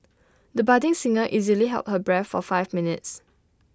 the budding singer easily held her breath for five minutes